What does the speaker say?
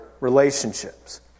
relationships